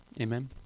Amen